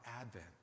Advent